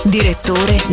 Direttore